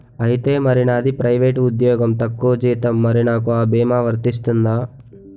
ఐతే మరి నాది ప్రైవేట్ ఉద్యోగం తక్కువ జీతం మరి నాకు అ భీమా వర్తిస్తుందా?